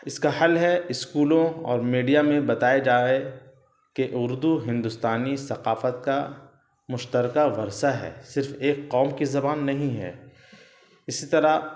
اس کا حل ہے اسکولوں اور میڈیا میں بتائے جائے کہ اردو ہندوستانی ثقافت کا مشترکہ ورثہ ہے صرف ایک قوم کی زبان نہیں ہے اسی طرح